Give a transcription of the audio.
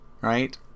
right